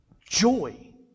Joy